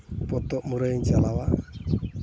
ᱯᱚᱛᱚᱵ ᱢᱩᱨᱟᱹᱭ ᱤᱧ ᱪᱟᱞᱟᱣᱟ